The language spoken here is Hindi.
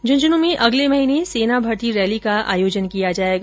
झुंझुनू में अगले महीने सेना भर्ती रैली का आयोजन किया जाएगा